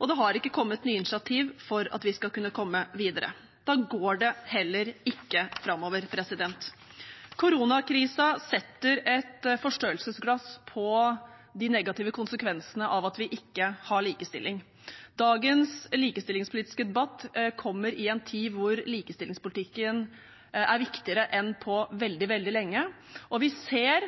og det har ikke kommet nye initiativ for at vi skal kunne komme videre. Da går det heller ikke framover. Koronakrisen setter et forstørrelsesglass på de negative konsekvensene av at vi ikke har likestilling. Dagens likestillingspolitiske debatt kommer i en tid hvor likestillingspolitikken er viktigere enn på veldig, veldig lenge. Vi ser